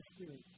Spirit